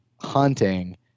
hunting